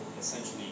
essentially